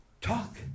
Talk